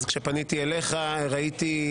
אז כשפניתי אליך ראיתי,